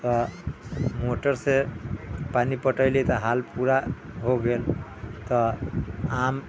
तऽ मोटर से पानि पटेली तऽ हाल पूरा हो गेल तऽ आम